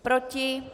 Proti?